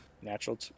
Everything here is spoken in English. Natural